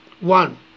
one